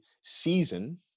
season